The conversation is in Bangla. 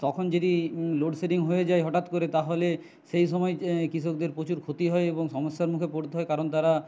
তখন যদি লোডশেডিং হয়ে যায় হঠাৎ করে তাহলে সেই সময় কৃষকদের প্রচুর ক্ষতি হয় এবং সমস্যার মুখে পড়তে হয় কারণ তারা